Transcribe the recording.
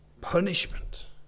punishment